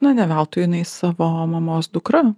na ne veltui jinai savo mamos dukra